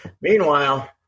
meanwhile